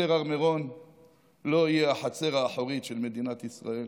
יותר הר מירון לא יהיה החצר האחורית של מדינת ישראל.